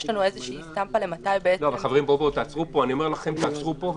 יש לנו איזושהי סטמפה --- אני אומר לכם תעצרו פה,